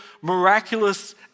miraculous